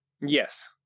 Yes